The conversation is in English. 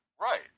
right